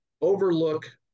overlook